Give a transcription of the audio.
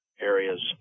areas